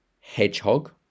hedgehog